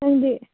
ꯅꯪꯗꯤ